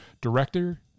Director